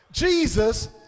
Jesus